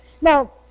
Now